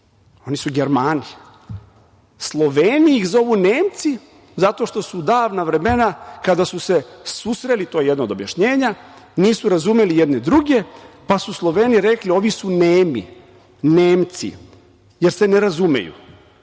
Oni su Germani. Sloveni ih zovu Nemci zato što su u davna vremena kada su se susreli, to je jedno od objašnjenja, nisu razumeli jedni druge, pa su Sloveni rekli - ovi su nemi, Nemci, jer se ne razumeju.